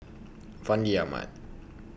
Fandi Ahmad